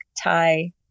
Thai